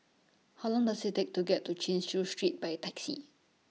How Long Does IT Take to get to Chin Chew Street By Taxi